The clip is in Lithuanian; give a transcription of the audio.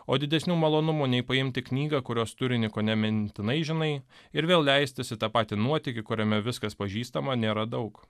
o didesnių malonumų nei paimti knygą kurios turinį kone mintinai žinai ir vėl leistis į tą patį nuotykį kuriame viskas pažįstama nėra daug